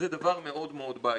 זה דבר מאוד מאוד בעייתי.